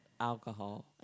alcohol